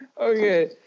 Okay